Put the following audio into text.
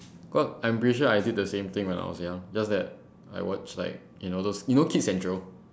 cause I'm pretty sure I did the same thing when I was young just that I watch like you know those you know kids central